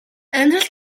амьдрал